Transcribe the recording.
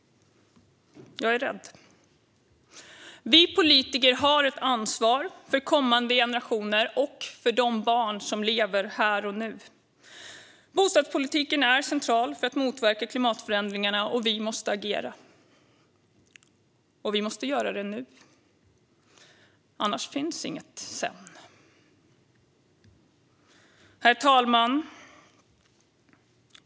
Jag är rädd. Vi politiker har ett ansvar för kommande generationer och för de barn som lever här och nu. Bostadspolitiken är central för att motverka klimatförändringarna. Vi måste agera, och vi måste göra det nu. Annars finns inget sedan. Herr talman!